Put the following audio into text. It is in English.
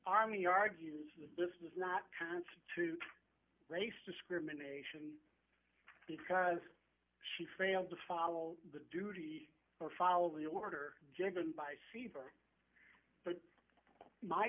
army argues this does not constitute race discrimination because she failed to follow the duty or follow the order given by sievers but my